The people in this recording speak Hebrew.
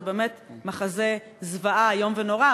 זה באמת מחזה זוועה איום ונורא,